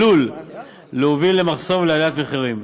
עלול להוביל למחסור ולעליית מחירים.